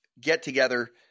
get-together